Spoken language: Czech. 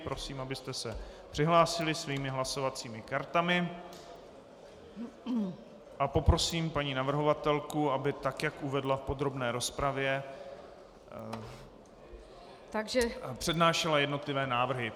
Prosím, abyste se přihlásili svými hlasovacími kartami, a poprosím paní navrhovatelku, aby tak, jak uvedla v podrobné rozpravě, přednášela jednotlivé návrhy.